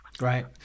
Right